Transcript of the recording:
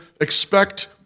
expect